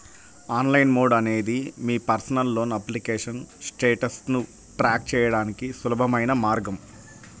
online mode అనేది మీ personal loan application స్టేటస్ను ట్రాక్ చేయడానికి సులభమైన మార్గం